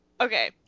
Okay